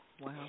Wow